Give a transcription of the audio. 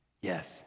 Yes